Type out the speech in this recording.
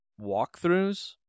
walkthroughs